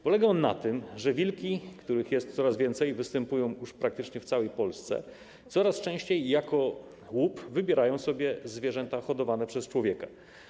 Polega on na tym, że wilki, których jest coraz więcej i które występują już praktycznie w całej Polsce, coraz częściej jako łup wybierają sobie zwierzęta hodowane przez człowieka.